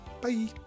Bye